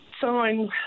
sign